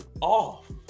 off